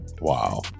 wow